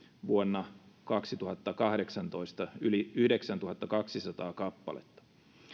vuonna kaksituhattakahdeksantoista yli yhdeksäntuhattakaksisataa kappaletta